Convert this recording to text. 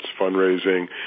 fundraising